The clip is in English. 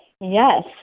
Yes